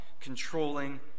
controlling